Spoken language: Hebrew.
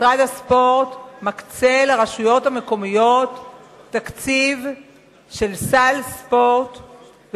משרד הספורט מקצה לרשויות המקומיות תקציב של סל ספורט,